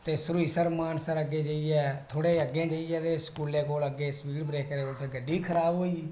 ते सुरूईंसर मानसर अग्गै जाइयै थोह्ड़े अग्गै जाइयै ओहदे कोल अग्गै स्विमिंग पूल कोल अग्गै जाइयै गड्डी खराब होई गेई